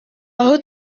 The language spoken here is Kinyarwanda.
aho